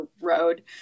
road